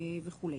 וכו'.